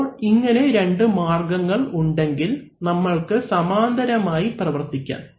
അപ്പോൾ ഇങ്ങനെ രണ്ട് മാർഗങ്ങൾ ഉണ്ടെങ്കിൽ നമ്മൾക്ക് സമാന്തരമായി പ്രവർത്തിക്കാം